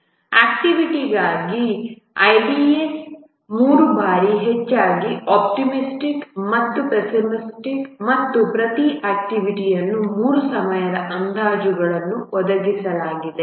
ಆಕ್ಟಿವಿಟಿಗಾಗಿ ides 3 ಬಾರಿ ಹೆಚ್ಚಾಗಿ optimistic ಮತ್ತು ಪಿಎಸ್ಸಿಮಿಸ್ಟಿಕ್ ಮತ್ತು ಪ್ರತಿ ಆಕ್ಟಿವಿಟಿ ಅನ್ನು 3 ಸಮಯದ ಅಂದಾಜುಗಳನ್ನು ಒದಗಿಸಲಾಗಿದೆ